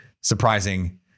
surprising